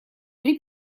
при